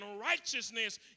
righteousness